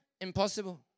Impossible